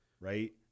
right